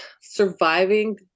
surviving